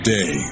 Day